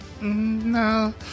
No